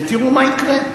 ותראו מה יקרה,